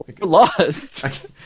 Lost